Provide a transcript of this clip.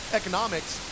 economics